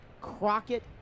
Crockett